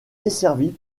desservi